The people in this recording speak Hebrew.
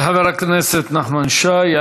תודה רבה לחבר הכנסת נחמן שי.